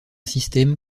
système